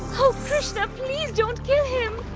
krishna! please don't kill him.